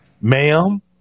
Ma'am